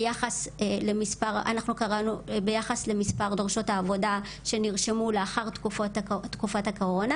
ביחס למספר דורשות העבודה שנרשמו לאחר תקופת הקורונה,